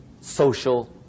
social